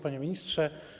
Panie Ministrze!